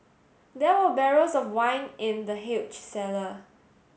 there were barrels of wine in the huge cellar